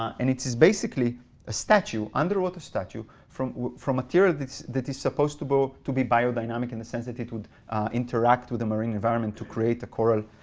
and it is basically a statue, underwater statue, from from material that is supposed to but to be biodynamic, in the sense that it would interact with the marine environment to create a coral.